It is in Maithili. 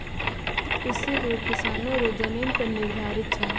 कृषि ऋण किसानो रो जमीन पर निर्धारित छै